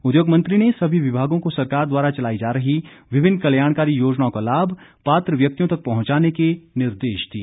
उद्योग मंत्री ने सभी विभागों को सरकार द्वारा चलाई जा रही विभिन्न कल्याणकारी योजनाओं का लाभ पात्र व्यक्तियों तक पहुंचाने के निर्देश दिए